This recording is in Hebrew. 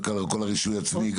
גם את הרישוי העצמי,